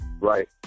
Right